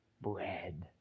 Bread